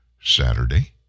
Saturday